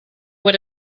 what